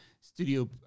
studio